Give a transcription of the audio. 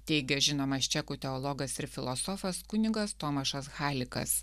teigia žinomas čekų teologas ir filosofas kunigas tomašas halikas